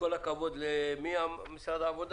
תחילת החובה נכון לכרגע בנוסח הקיים זה החל מה-1 בינואר 2021,